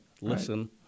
Listen